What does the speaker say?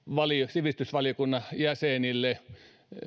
sivistysvaliokunnan jäsenille